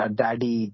daddy